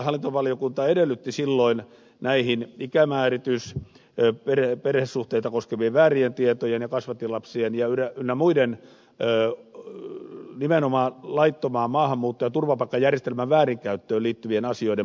hallintovaliokunta myöskin edellytti silloin näihin ikämääritystä ja perhesuhteita koskevien väärien tietojen ja kasvattilapsien ynnä muiden nimenomaan laittomaan maahanmuutto ja turvapaikkajärjestelmän väärinkäyttöön liittyvien asioiden parempaa hallintaa